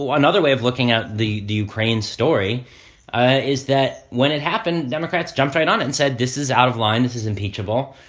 ah another way of looking at the ukraine story ah is that when it happened, democrats jumped right on and said, this is out-of-line, this is impeachable.